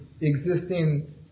existing